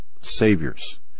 saviors